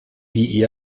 die